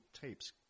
tapes